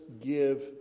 give